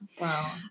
wow